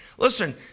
Listen